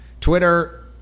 Twitter